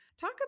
Talk